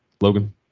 Logan